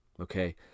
okay